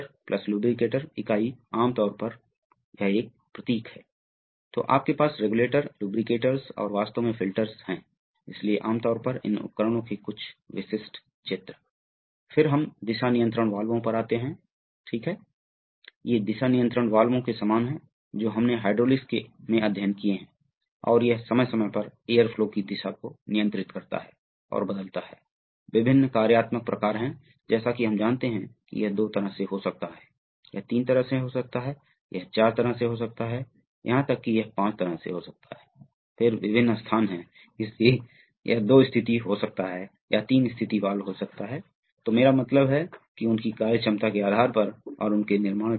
यह एक cross sectional view है जिसे आप डायरेक्ट ड्राइव वाल्व के रूप में जानते हैं इसलिए आपके पास है देख सकते हैं कि विभिन्न भागों में यह इलेक्ट्रॉनिक्स है यह वास्तविक सर्वो वाल्व है जिसे कॉइल के रूप में जाना जाता है जो स्पूल को खींचेगा और यहाँ पोजीशन सेंसर है जो आमतौर पर LVDT है आपके पास कभी कभी एक स्प्रिंग होता है और यह वह जगह है जहाँ आप कनेक्शन बनाते हैं आपको विभिन्न भागों को दिखाने के लिए है वे वास्तविक ज्यामितीय कैसे वास में पैक किए जाते हैं ये बहुत कॉम्पैक्ट डिवाइस हैं